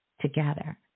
together